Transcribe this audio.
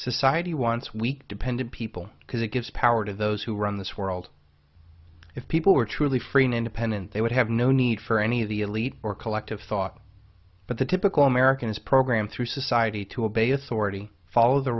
society wants week depended people because it gives power to those who run this world if people were truly free and independent they would have no need for any of the elite or collective thought but the typical americans program through society to obey authority follow the